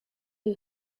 you